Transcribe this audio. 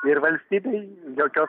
ir valstybei jokios